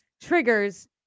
triggers